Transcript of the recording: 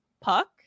puck